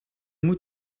moet